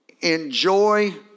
Enjoy